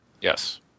Yes